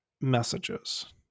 messages